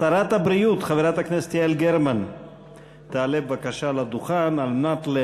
שרת הבריאות חברת הכנסת יעל גרמן תעלה בבקשה לדוכן כדי